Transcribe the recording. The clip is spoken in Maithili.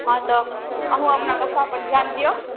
हँ तऽ अहूँ अपना बच्चापर ध्यान दियौ